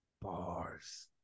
Bars